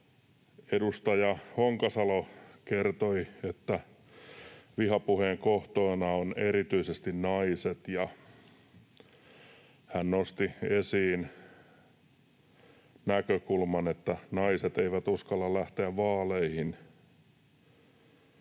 Edustaja Honkasalo kertoi, että vihapuheen kohteena ovat erityisesti naiset, ja hän nosti esiin näkökulman, että naiset eivät uskalla lähteä vaaleihin